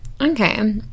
okay